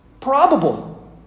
Probable